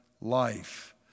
life